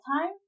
time